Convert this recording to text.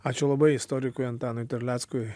ačiū labai istorikui antanui terleckui